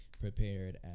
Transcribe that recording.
prepared